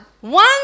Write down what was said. One